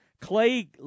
Clay